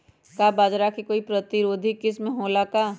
का बाजरा के कोई प्रतिरोधी किस्म हो ला का?